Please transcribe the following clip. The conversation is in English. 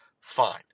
fine